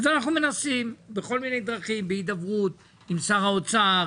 אז אנחנו מנסים בכל מיני דרכים בהידברות עם שר האוצר,